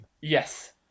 Yes